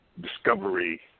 Discovery